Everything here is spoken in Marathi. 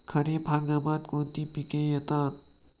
खरीप हंगामात कोणती पिके येतात?